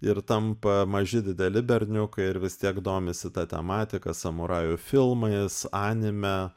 ir tampa maži dideli berniukai ir vis tiek domisi ta tematika samurajų filmais anime